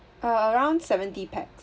uh around seventy pax